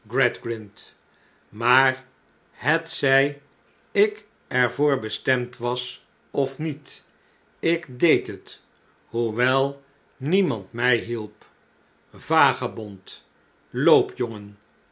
maar hetzij ik er voor bestemd was of niet ik deed het hoewel niemand mij hielp vagebond loopjongen